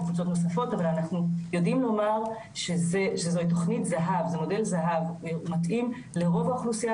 אבל אני סמוך ובטוח שהוא נותן לארגונים